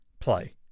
play